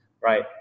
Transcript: right